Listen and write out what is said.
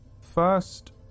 first